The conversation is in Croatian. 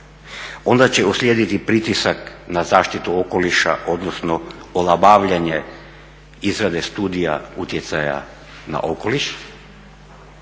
onda će uslijediti pritisak na zaštitu okoliša odnosno olabavljanje izrade studije utjecaja na okoliš